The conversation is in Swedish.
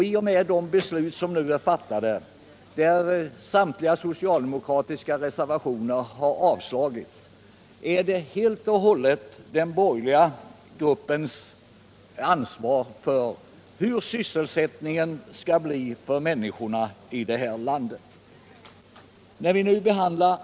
I och med de beslut som nu är fattade, där samtliga socialdemokratiska reservationer har avslagits, är den borgerliga gruppen helt och hållet ansvarig för hur sysselsättningen skall bli för människorna i det här landet.